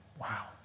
Wow